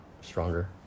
stronger